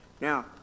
Now